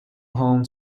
home